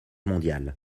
mondiale